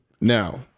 Now